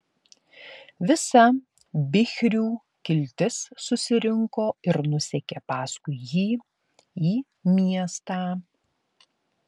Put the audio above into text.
visa bichrių kiltis susirinko ir nusekė paskui jį į miestą